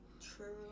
True